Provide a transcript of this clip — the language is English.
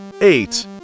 eight